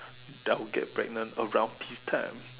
doubt I'll get pregnant around this time